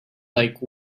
like